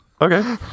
Okay